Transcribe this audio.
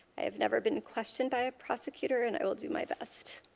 i have never been questioned by a prosecutor and will do my best.